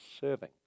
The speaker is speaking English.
serving